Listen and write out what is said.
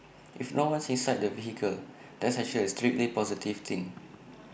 if no one's inside the vehicle that's actually A strictly positive thing